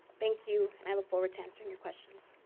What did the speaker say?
thank you. i look forward to answering your questions.